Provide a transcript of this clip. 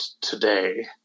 today